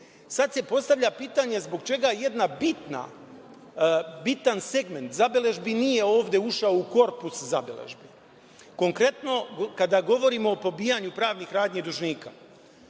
sad se postavlja pitanje - zbog čega jedna bitna, bitan segment zabeležbi nije ovde ušao u korpus zabeležbi? Konkretno, kada govorimo o pobijanju pravnih radnji dužnika,